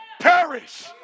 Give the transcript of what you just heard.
perish